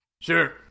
Sure